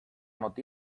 not